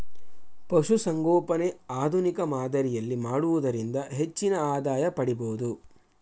ಪಶುಸಂಗೋಪನೆ ಆಧುನಿಕ ಮಾದರಿಯಲ್ಲಿ ಮಾಡುವುದರಿಂದ ಹೆಚ್ಚಿನ ಆದಾಯ ಪಡಿಬೋದು